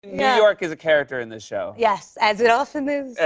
yeah york is a character in this show. yes, as it often is.